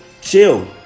Chill